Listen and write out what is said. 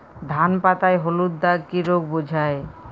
ধান পাতায় হলুদ দাগ কি রোগ বোঝায়?